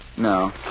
No